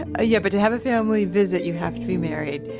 ah yeah but to have a family visit, you have to be married.